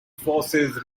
forces